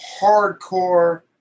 hardcore